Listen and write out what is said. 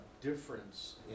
difference